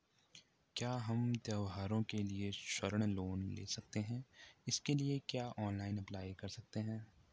क्या हम त्यौहारों के लिए स्वर्ण लोन ले सकते हैं इसके लिए क्या ऑनलाइन अप्लाई कर सकते हैं?